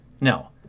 no